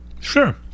Sure